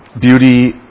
Beauty